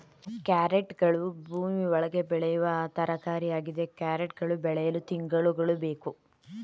ಕ್ಯಾರೆಟ್ಗಳು ಭೂಮಿ ಒಳಗೆ ಬೆಳೆಯುವ ಬೇರು ತರಕಾರಿಯಾಗಿದೆ ಕ್ಯಾರೆಟ್ ಗಳು ಬೆಳೆಯಲು ತಿಂಗಳುಗಳು ಬೇಕು